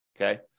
Okay